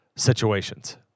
situations